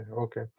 Okay